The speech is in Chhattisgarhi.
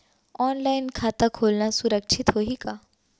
ऑनलाइन खाता खोलना सुरक्षित होही का?